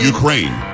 Ukraine